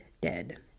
dead